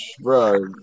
Bro